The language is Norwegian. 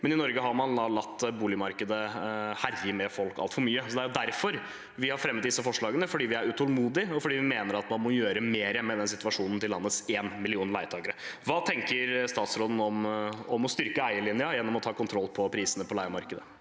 men i Norge har man latt boligmarkedet herje med folk altfor mye. Det er derfor vi har fremmet disse forslagene – fordi vi er utålmodige, og fordi vi mener man må gjøre mer med situasjonen til landets 1 million leietakere. Hva tenker statsråden om å styrke eierlinjen gjennom å ta kontroll på prisene på leiemarkedet?